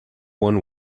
one